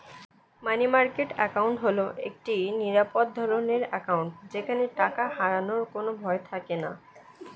মানি market account হল একটি নিরাপদ ধরনের অ্যাকাউন্ট যেখানে টাকা হারানোর কোনো ভয় থাকেনা